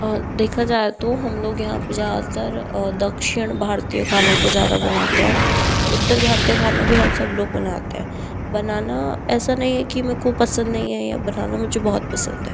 देखा जाये तो हम लोग यहाँ ज़्यादातर दक्षिण भारतीय खाने को ज़्यादा बनाते हैं उत्तर भारतीय खाना भी हम सब लोग बनाते हैं बनाना ऐसा नहीं कि मेरे को पसंद नहीं है या बनाना मुझे बहुत पसंद है